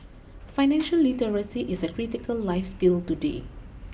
financial literacy is a critical life skill today